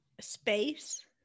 space